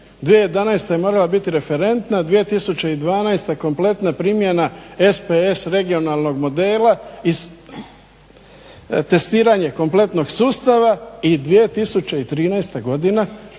2011. je morala biti referentna, 2012. kompletna primjena SPS regionalnog modela, testiranje kompletnog sustava i 2013. godina